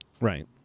Right